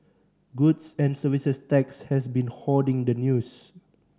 goods and Services Tax has been hoarding the news